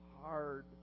hard